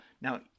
Now